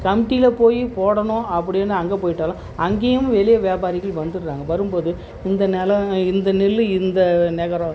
கமிட்டியில் போய் போடணும் அப்படின்னு அங்கே போயிட்டாலும் அங்கேயும் வெளியே வியாபாரிகள் வந்துடுறாங்க வரும் போது இந்த நெல இந்த நெல் இந்த நகரம்